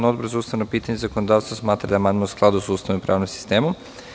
Odbor za ustavna pitanja i zakonodavstvo smatra da je amandman u skladu sa Ustavom i pravnim sistemom.